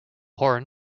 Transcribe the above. horn